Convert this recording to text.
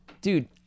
dude